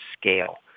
scale